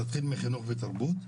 נתחיל מחינוך ותרבות.